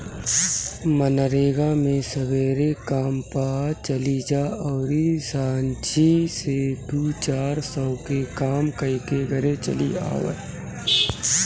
मनरेगा मे सबेरे काम पअ चली जा अउरी सांझी से दू चार सौ के काम कईके घरे चली आवअ